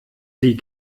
sie